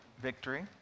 victory